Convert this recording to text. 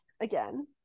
again